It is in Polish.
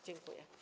Dziękuję.